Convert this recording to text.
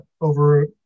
over